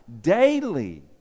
daily